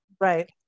Right